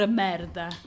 merda